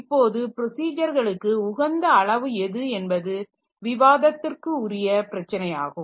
இப்போது ப்ரொசிஜர்களுக்கு உகந்த அளவு எது என்பது விவாதத்திற்குரிய பிரச்சனை ஆகும்